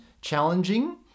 challenging